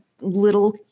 little